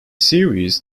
series